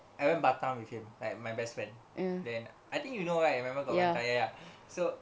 I went batam with him like my best friend then I think you know right I remember got one time ya ya so